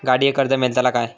गाडयेक कर्ज मेलतला काय?